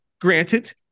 granted